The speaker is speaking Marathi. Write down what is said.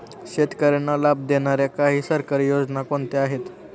शेतकऱ्यांना लाभ देणाऱ्या काही सरकारी योजना कोणत्या आहेत?